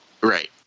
Right